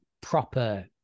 proper